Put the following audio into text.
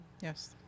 Yes